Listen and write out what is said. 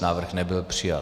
Návrh nebyl přijat.